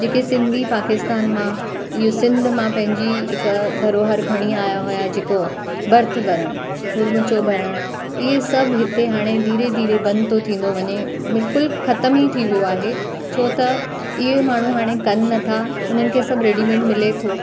जेके सिंधी पाकिस्तान मां इहो सिंध मां पंहिंजी हिकु धरोहर खणी आया हुआ जेको भर्थ भरण उरमुचो भरण इहे सभु हिते हाणे धीरे धीरे बंदि थो थींदो वञे बिल्कुलु खतमु ई थी वियो आहे छो त इहो माण्हू हाणे कनि नथा उन्हनि खे सभु रेडीमेड मिले थो